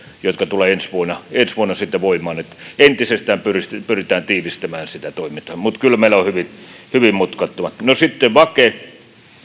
jotka tulevat ensi vuonna voimaan ja entisestään pyrimme tiivistämään sitä toimintaa mutta kyllä meillä on hyvin hyvin mutkattomat suhteet no sitten vake